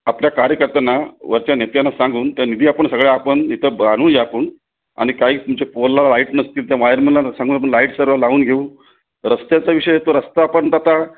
आपल्या कार्यकर्त्यांना वरच्या नेत्यांना सांगून त्या निधी आपण सगळ्या आपण इथं ब आणू या आपण आणि काही तुमचे पोलला लाईट नसतील त्या वायरमनला सांगून आपण लाईट सर्व लावून घेऊ रस्त्याचा विषय तो रस्ता आपण आता